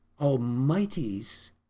Almighty's